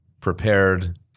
prepared